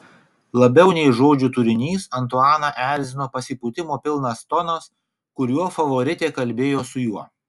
labiau nei žodžių turinys antuaną erzino pasipūtimo pilnas tonas kuriuo favoritė kalbėjo su juo